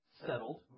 settled